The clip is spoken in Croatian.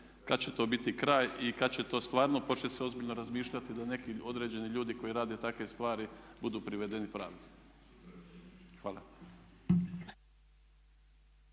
kad će to biti kraj i kad će to stvarno počet se ozbiljno razmišljati da neki određeni ljudi koji rade takve stvari budu privedeni pravdi. Hvala.